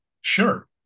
sure